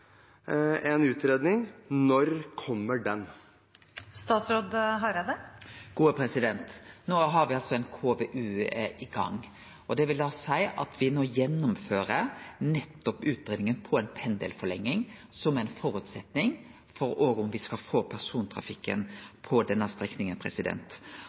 utredning, når kommer den? No har me altså ein KVU i gang. Det vil seie at me no gjennomfører utgreiinga om ei pendelforlenging som ein føresetnad for om me òg skal få